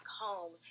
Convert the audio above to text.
home